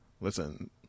Listen